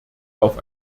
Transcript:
auf